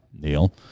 Neil